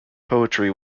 poetry